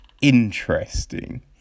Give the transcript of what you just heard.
Interesting